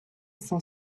s’en